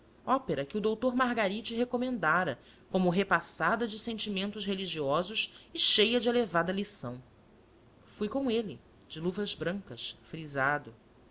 ópera que o doutor margaride recomendara como repassada de sentimentos religiosos e cheia de elevada lição fui com de de luvas brancas frisado